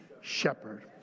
shepherd